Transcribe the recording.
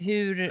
Hur